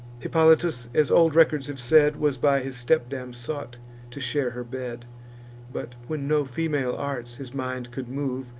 hippolytus, as old records have said, was by his stepdam sought to share her bed but, when no female arts his mind could move,